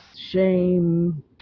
shame